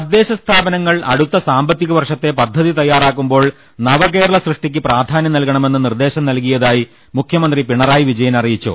തദ്ദേശ സ്ഥാപനങ്ങൾ അടുത്ത സാമ്പത്തിക വർഷത്തെ പദ്ധതി തയ്യാറാക്കു മ്പോൾ നവകേരള സൃഷ്ടിക്ക് പ്രാധാന്യം നൽകണമെന്ന് നിർദ്ദേശം നൽകി യതായി മുഖ്യമന്ത്രി പിണറായി വിജയൻ അറിയിച്ചു